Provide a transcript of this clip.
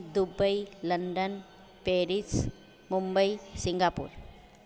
Dubai London Paris Mumbai Singapore